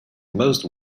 most